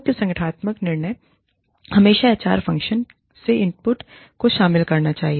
मुख्य संगठनात्मक निर्णय हमेशा एचआर फ़ंक्शन से इनपुट को शामिल करना चाहिए